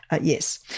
Yes